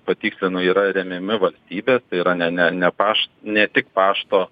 patikslinu yra remiami valstybės yra ne ne ne paš ne tik pašto